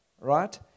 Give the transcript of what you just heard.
right